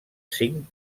cinc